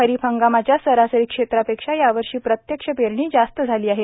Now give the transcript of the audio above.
खरीप हंगामाच्या सरासरी क्षेत्रापेक्षा यावर्षी प्रत्यक्ष पेरणी जास्त झाली आहे